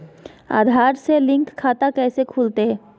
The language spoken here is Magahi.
आधार से लिंक खाता कैसे खुलते?